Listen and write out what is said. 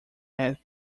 had